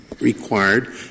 required